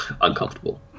uncomfortable